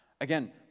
Again